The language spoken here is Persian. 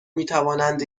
میتوانند